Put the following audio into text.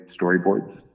storyboards